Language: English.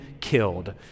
killed